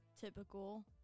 typical